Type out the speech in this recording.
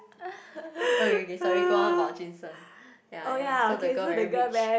okay K K sorry go on about Jun Sheng ya ya so the girl very rich